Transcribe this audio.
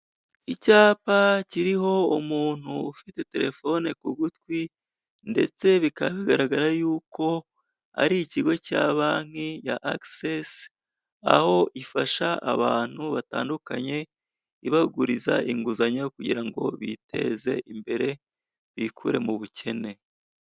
Icyapa kiriho umuntu ufite telefone ku gutwi, ndetse bikaba bigaragara yuko ari ikigo cya banki ya akisesi, aho ifasha abantu batandukanye, ibaguriza inguzanyo kugira ngo biteze imbere, bikure mu bukene.